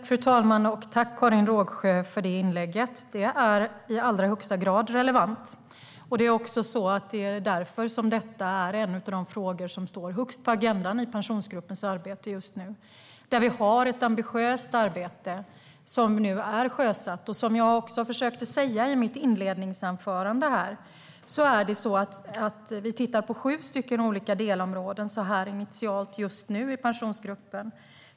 Fru talman! Tack, Karin Rågsjö, för det inlägget. Det är i allra högsta grad relevant. Det är därför som detta är en av de frågor som står högst på agendan i Pensionsgruppens arbete just nu. Vi har ett ambitiöst arbete som nu är sjösatt. Som jag också försökte säga i mitt inledningsanförande tittar vi på sju olika delområden initialt just nu i Pensionsgruppen.